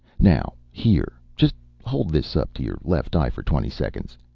now here. just hold this up to your left eye for twenty seconds.